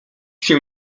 się